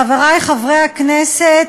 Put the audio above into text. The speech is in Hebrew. חברי חברי הכנסת,